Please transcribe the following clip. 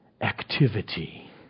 activity